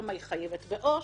כמה היא חייבת בעו"ש.